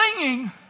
singing